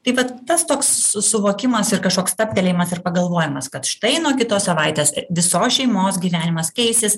tai vat tas toks suvokimas ir kažkoks stabtelėjimas ir pagalvojimas kad štai nuo kitos savaitės visos šeimos gyvenimas keisis